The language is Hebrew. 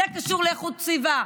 זה קשור לאיכות סביבה.